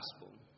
gospel